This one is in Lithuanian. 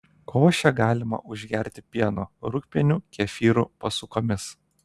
košę galima užgerti pienu rūgpieniu kefyru pasukomis